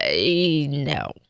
no